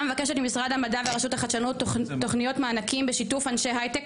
מבקשת ממשרד המדע ורשות החדשנות תוכניות מענקים בשיתוף אנשי הייטק,